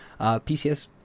PCS